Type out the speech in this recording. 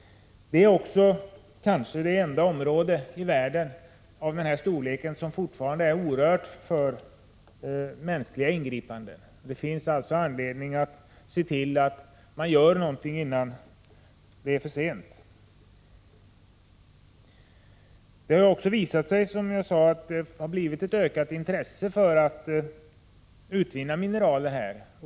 Antarktis är kanske det enda område i världen av denna storleksordning som fortfarande är orört — det har alltså inte varit föremål för mänskliga ingripanden. Det finns således anledning att göra någonting innan det är för sent. Som jag antydde har det visat sig att det blivit ett ökat intresse för att utvinna mineral i Antarktis.